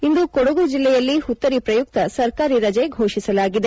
ಇಂದು ಕೊಡಗು ಜಿಲ್ಲೆಯಲ್ಲಿ ಹುತ್ತರಿ ಪ್ರಯುಕ್ತ ಸರ್ಕಾರಿ ರಜೆ ಫೋಷಿಸಲಾಗಿದೆ